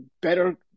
better